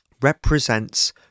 represents